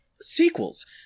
sequels